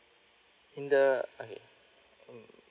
in the okay mm